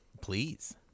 Please